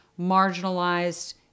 marginalized